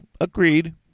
agreed